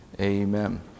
Amen